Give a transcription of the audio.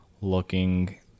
looking